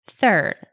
Third